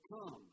Come